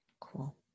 Cool